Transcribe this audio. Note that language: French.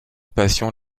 passion